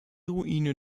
ruine